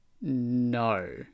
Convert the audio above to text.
No